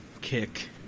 kick